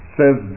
says